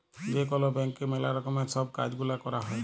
যে কল ব্যাংকে ম্যালা রকমের সব কাজ গুলা ক্যরা হ্যয়